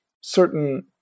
certain